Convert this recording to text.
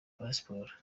pasiporo